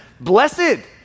Blessed